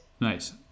Nice